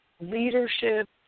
leadership